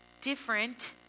Different